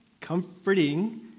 Comforting